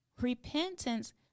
Repentance